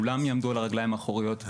כולם יעמדו על הרגליים האחוריות,